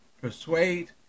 persuade